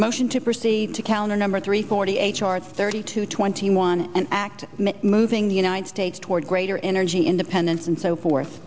motion to proceed to counter number three forty h r thirty two twenty one and act moving the united states toward greater energy independence and so forth